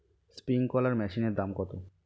Sprinkler মেশিনের দাম কত?